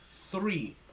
three